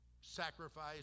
sacrifice